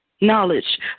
Knowledge